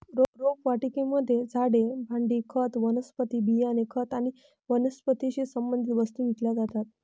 रोपवाटिकेमध्ये झाडे, भांडी, खत, वनस्पती बियाणे, खत आणि वनस्पतीशी संबंधित वस्तू विकल्या जातात